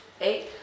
eight